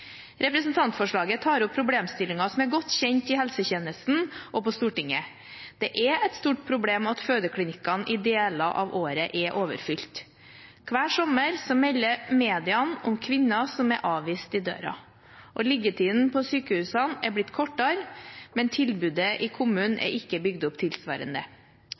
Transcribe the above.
Representantforslaget tar opp problemstillinger som er godt kjent i helsetjenesten og på Stortinget. Det er et stort problem at fødeklinikkene i deler av året er overfylt: Hver sommer melder media om kvinner som er avvist i døra. Liggetiden på sykehusene er blitt kortere, men tilbudet i kommunen er ikke bygd opp tilsvarende.